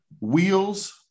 wheels